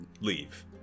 leave